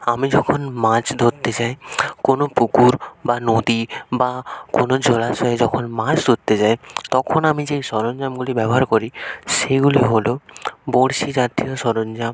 আমি যখন মাছ ধরতে যাই কোনো পুকুর বা নদী বা কোনো জলাশয়ে যখন মাছ ধরতে যাই তখন আমি যে সরঞ্জামগুলি ব্যবহার করি সেইগুলি হল বরশি জাতীয় সরঞ্জাম